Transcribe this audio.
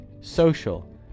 social